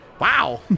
Wow